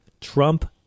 Trump